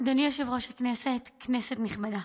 אדוני יושב-ראש הכנסת, כנסת נכבדה,